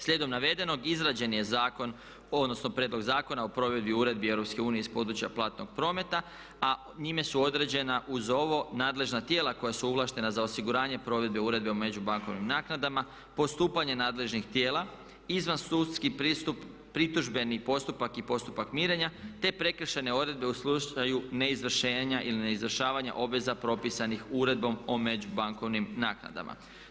Slijedom navedenog izrađen je zakon, odnosno prijedlog Zakona o provedbi uredbi EU iz područja platnog prometa a njime su određena uz ovo nadležna tijela koja su ovlaštena za osiguranje provedbe uredbe o međubankovnim naknadama, postupanje nadležnih tijela, izvansudski pristup, pritužbeni postupak i postupak mirenja te prekršajne odredbe u slučaju neizvršenja ili neizvršavanja obaveza propisanih uredbom o međubankovnim naknadama.